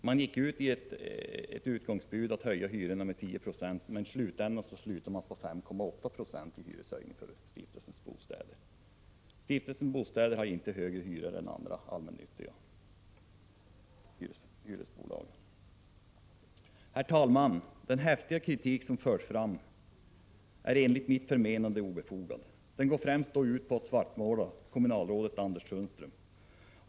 Utgångsbudet från stiftelsen var att höja hyrorna med 10 96, men slutresultatet blev att hyrorna i stiftelsens bostäder höjdes med 5,8 96. Stiftelsens bostäder har inte högre hyror än man har i andra allmännyttiga hyresbolag. Herr talman! Den häftiga kritik som förs fram är enligt mitt förmenande obefogad. Den går främst ut på att svartmåla kommunalrådet Anders Sundström.